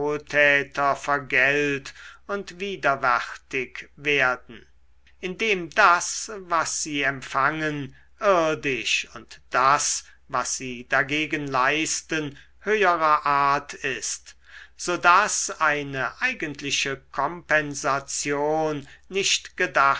wohltäter vergällt und widerwärtig werden indem das was sie empfangen irdisch und das was sie dagegen leisten höherer art ist so daß eine eigentliche kompensation nicht gedacht